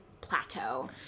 plateau